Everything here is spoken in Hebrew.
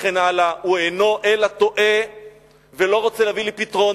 וכן הלאה הוא אינו אלא טועה ולא רוצה להביא לפתרון,